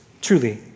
truly